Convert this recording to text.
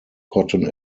cotton